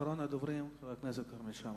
אחרון הדוברים, חבר הכנסת כרמל שאמה.